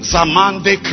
Zamande